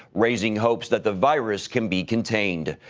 raising hopes that the virus can be contained.